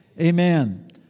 Amen